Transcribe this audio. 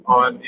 on